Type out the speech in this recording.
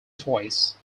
toys